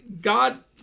God